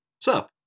sup